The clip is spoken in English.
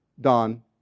Don